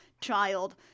child